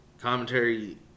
Commentary